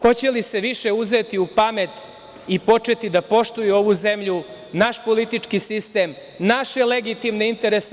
Hoće li se više uzeti u pamet i početi da poštuju ovu zemlju, naš politički sistem, naše legitimne interese.